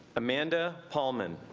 amanda polman